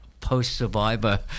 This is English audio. post-survivor